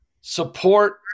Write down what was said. support